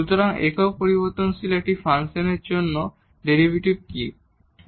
সুতরাং একটি একক পরিবর্তনশীল ফাংশনের জন্য ডেরিভেটিভ কি হবে